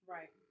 Right